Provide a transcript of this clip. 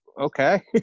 okay